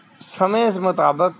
ਸਮੇਂ ਸ ਮੁਤਾਬਕ